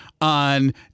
on